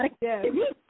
Yes